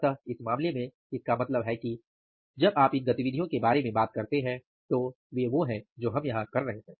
इसलिए इस मामले में इसका मतलब है कि जब आप इन गतिविधियों के बारे में बात करते हैं तो वे वो है जो हम यहाँ कर रहे हैं